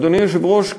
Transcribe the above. אדוני היושב-ראש,